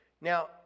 Now